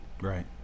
Right